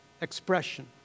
expression